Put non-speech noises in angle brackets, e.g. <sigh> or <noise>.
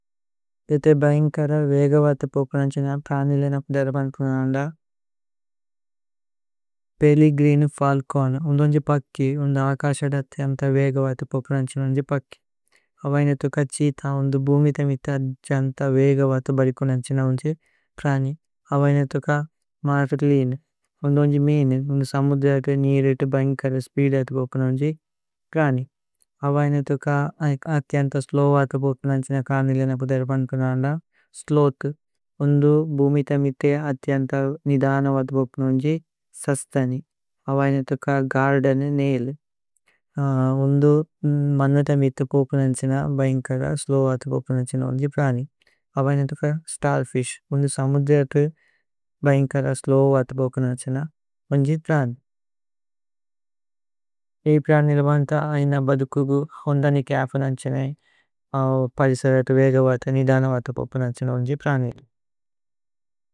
ഏഥേ ബൈന്ഗ്കര വേഗ വത പോപു നന്ചിന പ്രനിലേന കുദര്പന് പുനന്ദ പേലി ഗ്രീന് ഫല്ചോന് ഉന്ദോന്ജി പക്കി। ഉന്ദ ആകശത അതിയന്ത വേഗ വത പോപു നന്ചിന। ഉന്ദി പക്കി അവൈനുതുക ഛീഥ ഉന്ദു ബുമിത മിത। <hesitation> ജന്ത വേഗ വത ബലിപു നന്ചിന ഉന്ദി। പ്രനി അവൈനുതുക മര്ഗ്ലിന് ഉന്ദോന്ജി മീനു ഉന്ദുവ്। സമുധത നീരിത ബൈന്ഗ്കര സ്പീദത പോപു നന്ചി। പ്രനി അവൈനുതുക <hesitation> അതിയന്ത സ്ലോവ് വത। പോപു നന്ചിന പ്രനിലേന കുദര്പന് പുനന്ദ സ്ലോഥ്। ഉന്ദു ബുമിത മിത അതിയന്ത നിദന വത പോപു നോന്ദ്ജി। സസ്തനി അവൈനുതുക ഗര്ദേന് നൈല് ഉന്ദു മന്നിത മിത। പോപു നന്ചിന ബൈന്ഗ്കര സ്ലോവ് വത പോപു നന്ചിന ഉന്ദി। പ്രനി അവൈനുതുക സ്തര്ഫിശ് ഉന്ദു സമുധത ബൈന്ഗ്കര। സ്ലോവ് വത പോപു നന്ചിന ഉന്ദി പ്രനി ഏ പ്രനി നിലമന്ത ഐന ബദുകുഗു ഹോന്ദനി ചപു നന്ചിന പലിസരത। വേഗ വത നിദന വത പോപു നന്ചിന ഉന്ദി പ്രനി।